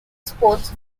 sports